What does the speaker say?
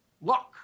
luck